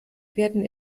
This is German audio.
werden